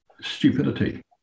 Stupidity